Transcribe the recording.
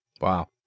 Wow